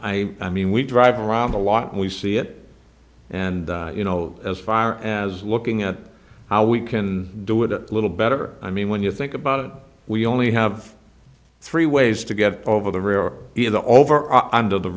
i i mean we drive around a lot and we see it and you know as far as looking at how we can do it a little better i mean when you think about it we only have three ways to get over there are either over or under the